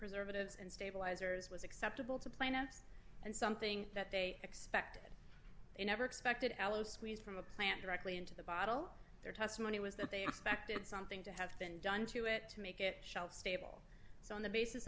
preservatives and stabilizers was acceptable to plants and something that they expected they never expected aloe squeeze from a plant directly into the bottle their testimony was that they expected something to have been done to it to make it shelf stable so on the basis